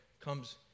comes